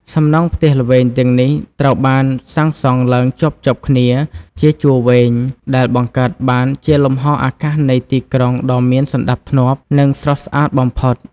សំណង់ផ្ទះល្វែងទាំងនេះត្រូវបានសាងសង់ឡើងជាប់ៗគ្នាជាជួរវែង ដែលបង្កើតបានជាលំហអាកាសនៃទីក្រុងដ៏មានសណ្តាប់ធ្នាប់ និងស្រស់ស្អាតបំផុត។